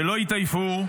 שלא התעייפו,